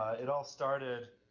it all started